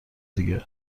دیگه